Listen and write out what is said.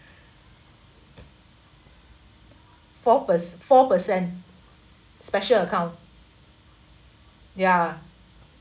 four per~ four percent special account ya